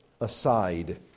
aside